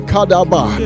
Kadaba